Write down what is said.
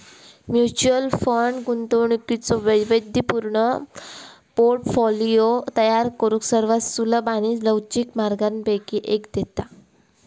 mutual fund गुंतवणुकीचो वैविध्यपूर्ण portfolio तयार करुक सर्वात सुलभ आणि लवचिक मार्गांपैकी एक देता